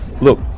look